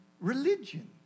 religion